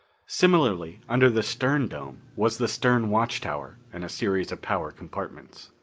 similarly, under the stern dome, was the stern watch tower and a series of power compartments.